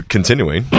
Continuing